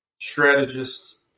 strategists